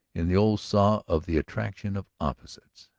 in the old saw of the attraction of opposites.